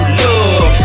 love